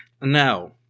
Now